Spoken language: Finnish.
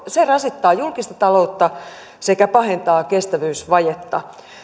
se rasittaa julkista taloutta sekä pahentaa kestävyysvajetta